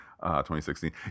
2016